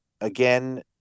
again